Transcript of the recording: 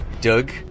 Doug